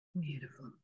Beautiful